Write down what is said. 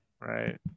right